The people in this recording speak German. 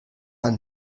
ein